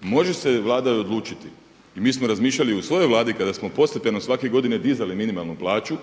Može se Vlada odlučiti i mi smo razmišljali i u svojoj vladi kada smo postepeno svake godine dizali minimalnu plaću,